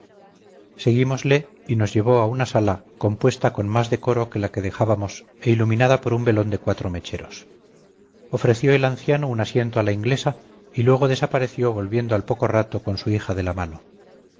seguímosle y nos llevó a una sala compuesta con más decoro que la que dejábamos e iluminada por un velón de cuatro mecheros ofreció el anciano un asiento a la inglesa y luego desapareció volviendo al poco rato con su hija de la mano